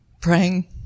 praying